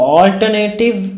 alternative